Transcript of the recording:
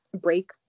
break